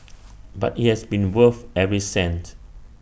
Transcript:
but IT has been worth every cent